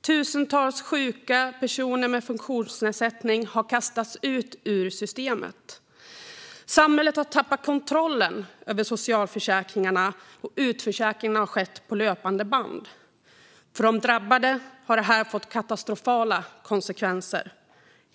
Tusentals sjuka och personer med funktionsnedsättning har kastats ut ur systemet. Samhället har tappat kontrollen över socialförsäkringarna, och utförsäkringar har skett på löpande band. För de drabbade har det här fått katastrofala konsekvenser.